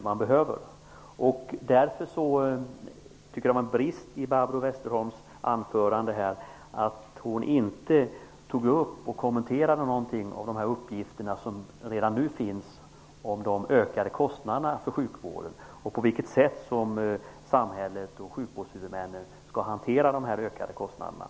Jag tycker därför att det var en brist i Barbro Westerholms anförande att hon inte kommenterade de uppgifter som redan nu finns om ökade kostnader för sjukvården och på vilket sätt samhället och sjukvårdshuvudmännen skall hantera dem.